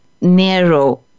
narrow